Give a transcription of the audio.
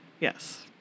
Yes